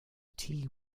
tea